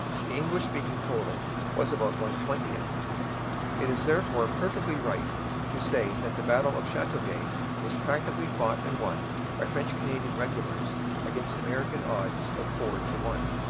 the english-speaking total was about one-twentieth. it is therefore perfectly right to say that the battle of chateauguay was practically fought and won by french-canadian regulars against american odds of four to one.